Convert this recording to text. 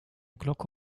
glocke